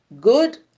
good